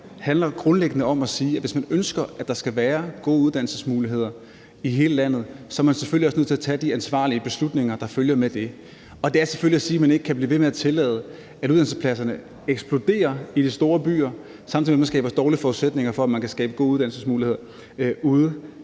her handler grundlæggende om at sige, at hvis man ønsker, at der skal være gode uddannelsesmuligheder i hele landet, så er man selvfølgelig også nødt til at tage de ansvarlige beslutninger, der følger med det. Og det er selvfølgelig at sige, at man ikke kan blive ved med at tillade, at uddannelsespladserne eksploderer i de store byer, samtidig med at man skaber dårlige forudsætninger for, at man kan skabe gode uddannelsesmuligheder ude